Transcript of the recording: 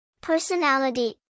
Personality